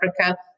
Africa